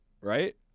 right